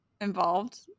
involved